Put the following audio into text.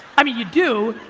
i mean, you do,